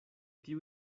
tiu